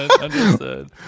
Understood